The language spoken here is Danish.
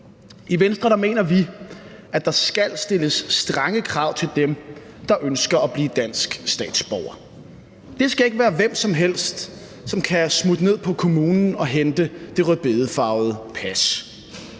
I Venstre mener vi, at der skal stilles strenge krav til dem, der ønsker at blive dansk statsborger. Det skal ikke være hvem som helst, som kan smutte ned på kommunen og hente det rødbedefarvede pas.